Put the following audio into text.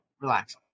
Relax